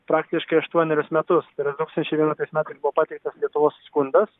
praktiškai aštuonerius metus tai yra du tūkstančiai vienuoliktais metais buvo pateiktas lietuvos skundas